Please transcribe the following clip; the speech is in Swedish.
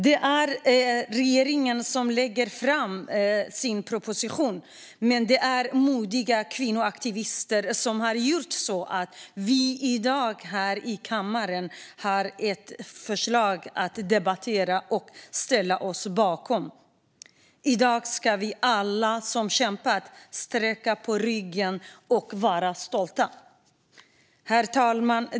Det är regeringen som lägger fram sin proposition, men det är modiga kvinnoaktivister som har gjort att vi i dag här i kammaren har ett förslag att debattera och ställa oss bakom. I dag ska vi alla som kämpat sträcka på ryggen och vara stolta! Herr talman!